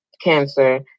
cancer